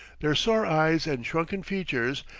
their sore eyes and shrunken features,